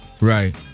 Right